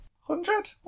Hundred